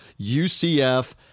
UCF